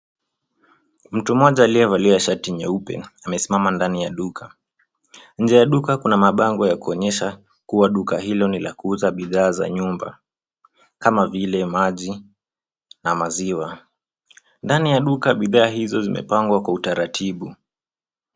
Mtu mmoja aliyevalia shati nyeupe amesimama ndani ya duka. Nje ya duka kuna mabango ya kuonyesha kuwa duka hilo ni la kuuza bidhaa za nyumba kama vile maji na maziwa. Ndani ya duka bidhaa hizo zimepangwa kwa utaratibu.